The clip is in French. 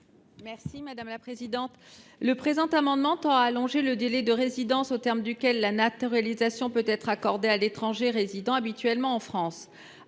l’amendement n° 346 rectifié . Cet amendement tend à allonger le délai de résidence au terme duquel la naturalisation peut être accordée à l’étranger résidant habituellement en France,